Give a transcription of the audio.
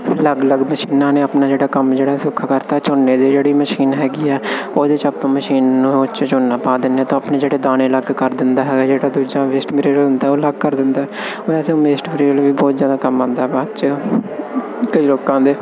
ਅਲੱਗ ਅਲੱਗ ਮਸ਼ੀਨਾਂ ਨੇ ਆਪਣਾ ਜਿਹੜਾ ਕੰਮ ਜਿਹੜਾ ਹੈ ਸੌਖਾ ਕਰਤਾ ਝੋਨੇ ਦੇ ਜਿਹੜੀ ਮਸ਼ੀਨ ਹੈਗੀ ਹੈ ਉਹਦੇ 'ਚ ਆਪਾਂ ਮਸ਼ੀਨ ਨੂੰ ਉਹਦੇ 'ਚ ਝੋਨਾ ਪਾ ਦਿੰਦੇ ਹਾਂ ਆਪਣੇ ਜਿਹੜੇ ਦਾਣੇ ਅਲੱਗ ਕਰ ਦਿੰਦਾ ਹੈਗਾ ਜਿਹੜਾ ਦੂਜਾ ਵੇਸਟ ਮਟੀਰੀਅਲ ਹੁੰਦਾ ਉਹ ਅਲਗ ਕਰ ਦਿੰਦਾ ਹੈ ਵੈਸੇ ਵੇਸਟ ਮਟੀਰੀਅਲ ਵੀ ਬਹੁਤ ਜ਼ਿਆਦਾ ਕਮ ਆਉਂਦਾ ਬਾਅਦ 'ਚ ਕਈ ਲੋਕਾਂ ਦੇ